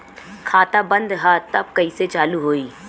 खाता बंद ह तब कईसे चालू होई?